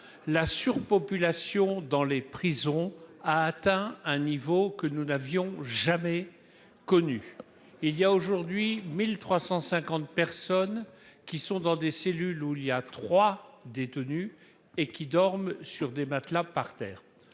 la surpopulation dans les prisons a atteint un niveau que nous n'avions jamais connu il y a aujourd'hui 1350 personnes qui sont dans des cellules, où il y a 3 détenus et qui dorment sur des matelas par terre